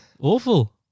Awful